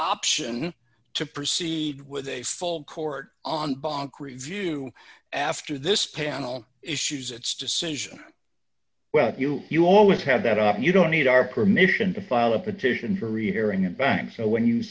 option to proceed with a full court on bank review after this panel issues its decision well you you always have that up you don't need our permission to file a petition for rehearing a bank so when you